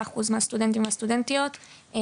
אחוזים מהסטודנטים והסטודנטיות בישראל,